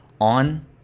on